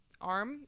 arm